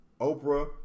Oprah